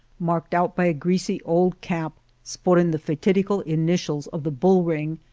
marked out by a greasy old cap sporting the fatidical initials of the bull ring,